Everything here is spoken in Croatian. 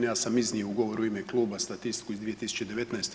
Ja sam iznio u govoru u ime Kluba statistiku iz 2019.